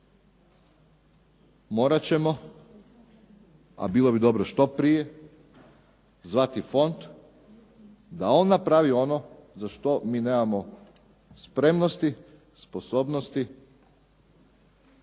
morat ćemo, a bilo bi dobro što prije zvati fond da on napravi ono za što mi nemamo spremnosti, sposobnosti